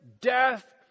Death